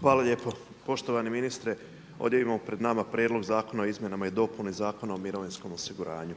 Hvala lijepo. Poštovani ministre, ovdje imamo pred nama Prijedlog Zakona o izmjenama i dopuni Zakona o mirovinskom osiguranju.